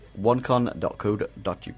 OneCon.Code.UK